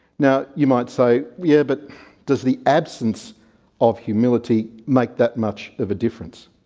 now you might say yeah, but does the absence of humility make that much of a difference?